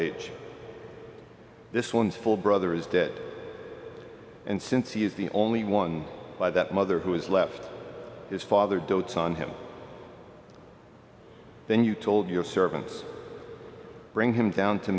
age this one's full brother is dead and since he is the only one by that mother who has left his father dotes on him then you told your servants bring him down to